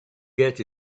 get